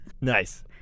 Nice